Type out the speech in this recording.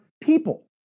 people